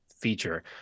feature